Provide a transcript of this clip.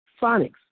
phonics